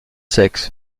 sexe